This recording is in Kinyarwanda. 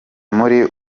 muri